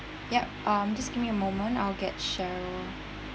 ya um just give me a moment I'll get cheryl